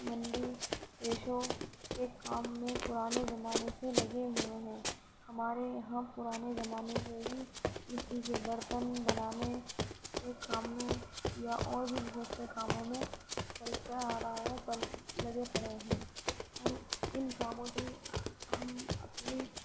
مندی پیشوں کے کام میں پرانے زمانے سے لگے ہوئے ہیں ہمارے یہاں پرانے زمانے سے ہی مٹی کے برتن بنانے کے کام میں یا اور بھی بہت سے کاموں میں چلتا آ رہا ہے پر لگے پڑے ہیں اور ان کاموں سے ہی ہم اپنی